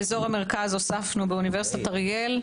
באזור המרכז הוספנו באוניברסיטת אריאל,